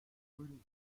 grün